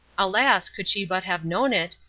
alas, could she but have known it,